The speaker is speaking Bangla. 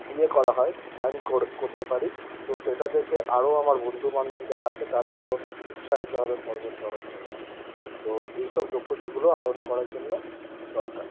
ইয়ে করা হয় ক্লাইম্ব কর করতে পারি তো সেটা দেখে আরও আমার বন্ধু বান্ধব যারা আছে তারা আরও উৎসাহিত হবে পর্বত চড়ার জন্য তো এইসব দক্ষতাগুলো আরোহণ করার জন্য দরকারি